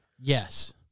Yes